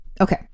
Okay